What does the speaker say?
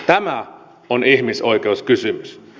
tämä on ihmisoikeuskysymys